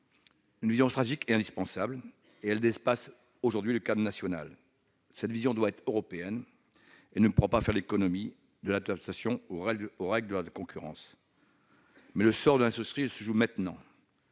Une vision stratégique est indispensable. Elle dépasse aujourd'hui le cadre national. Elle doit être européenne. On ne pourra pas faire l'économie de l'adaptation aux règles de la concurrence, mais le sort de notre industrie se joue maintenant.